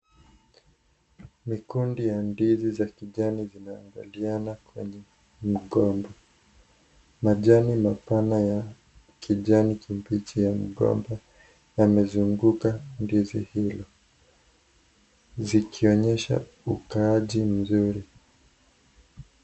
Mikundi ya ndizi za kijani vimeangaliana kwenye mgomba, majani mapana ya kijani kibichi ya migomba yamezunguka ndizi hilo zikionyesha ukaaji mzuri.